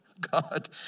God